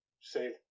save